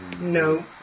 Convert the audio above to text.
No